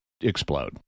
Explode